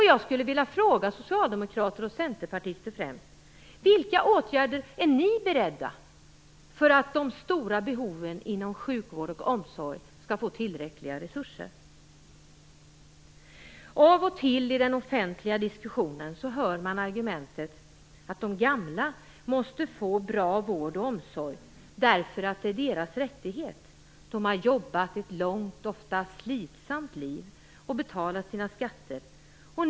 Jag skulle vilja fråga socialdemokrater och centerpartister: Vilka åtgärder är ni beredda att vidta för att de stora behoven inom vård och omsorg skall få tillräckliga resurser? I den offentliga diskussionen hör man av och till argumentet att de gamla måste få bra vård och omsorg därför att det är deras rättighet. De har jobbat ett långt, ofta slitsamt, liv och har betalat sina skatter.